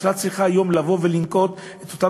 הממשלה צריכה היום לבוא ולנקוט את אותם